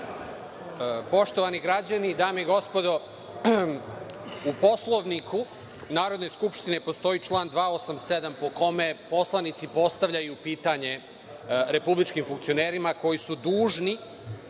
Hvala. Poštovani građani, dame i gospodo, u Poslovniku Narodne skupštine postoji član 287. po kome poslanici postavljaju pitanje republičkim funkcionerima, koji su dužni